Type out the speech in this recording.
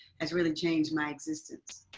has really changed my existence.